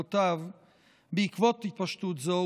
בעקבות התפשטות זו,